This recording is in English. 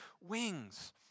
wings